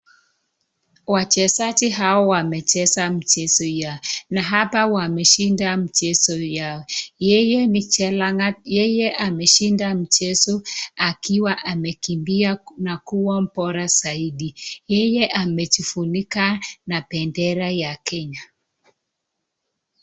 Wachezaji hawa wamecheza mchezo yao na hapa wameshinda mchezo yao , yeye ni chelangat yeye ameshinda akiwa amekimbia na kuwa bora zaidi yeye amejifunika na bendera ya Kenya.